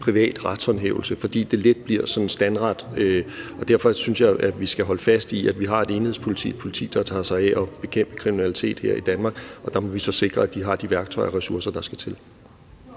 privat retshåndhævelse, fordi det let bliver en standret. Derfor synes jeg, at vi skal holde fast i, at vi har et enhedspoliti, et politi, der tager sig af at bekæmpe kriminalitet her i Danmark, og der må vi så sikre, at de har de værktøjer og ressourcer, der skal til.